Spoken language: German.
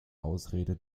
ausrede